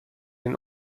این